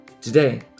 Today